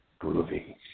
groovy